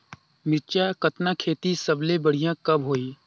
मिरचा कतना खेती सबले बढ़िया कब होही?